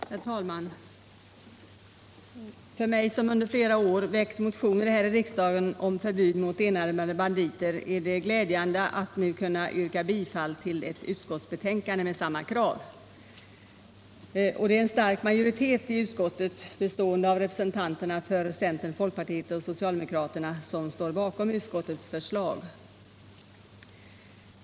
Herr talman! För mig som under flera år väckt motioner här i riksdagen om förbud mot enarmade banditer är det glädjande att nu kunna yrka bifall till ett utskottsbetänkande med samma krav. Och det är en stark majoritet i utskottet bestående av representanterna för centern, folkpartiet och socialdemokraterna som står bakom utskottets förslag.